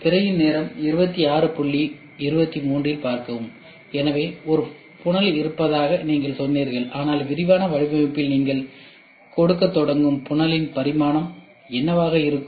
திரையின் நேரம் 2623 இல் பார்க்கவும் எனவே ஒரு புனல் இருப்பதாக நீங்கள் சொன்னீர்கள் ஆனால் விரிவான வடிவமைப்பில் நீங்கள் கொடுக்கத் தொடங்கும் புனலின் அளவு என்னவாக இருக்க வேண்டும்